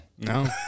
No